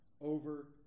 over